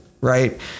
Right